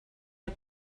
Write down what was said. are